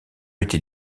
était